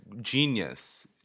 genius